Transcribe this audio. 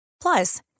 Plus